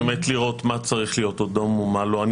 הדיון הוא טכני כדי לראות מה צריך להיות אדום ומה לא צריך להיות אדום.